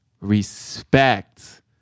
respect